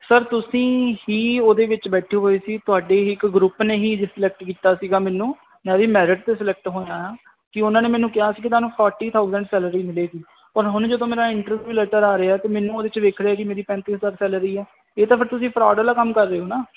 sir ਤੁਸੀਂ ਹੀ ਉਹਦੇ ਵਿੱਚ ਬੈਠੇ ਹੋਏ ਸੀ ਤੁਹਾਡੀ ਇੱਕ ਗਰੁੱਪ ਨੇ ਹੀ ਸਲੈਕਟ ਕੀਤਾ ਸੀਗਾ ਮੈਨੂੰ ਮੈਰਿਟ ਤੇ ਸਲੈਕਟ ਹੋਇਆ ਕਿ ਉਹਨਾਂ ਨੇ ਮੈਨੂੰ ਕਿਹਾ ਸੀ ਕਿ ਤੁਹਾਨੂੰ ਫੋਰਟੀ ਥਾਉਸਾੰਡ ਸੈਲਰੀ ਮਿਲੇਗੀ ਔਰ ਹੁਣ ਜਦੋਂ ਮੇਰਾ ਇੰਟਰਵਿਊ ਲੈਟਰ ਆ ਰਿਹਾ ਕਿ ਮੈਨੂੰ ਉਹਦੇ ਚ ਵੇਖ ਰਿਹਾ ਕਿ ਮੇਰੀ ਪੈਂਤੀ ਹਜਾਰ ਸੈਲਰੀ ਹੈ ਇਹ ਤਾਂ ਫਿਰ ਤੁਸੀਂ ਪ੍ਰੋਬਲਮ ਕੰਮ ਕਰ ਰਹੇ ਹੋ ਨਾ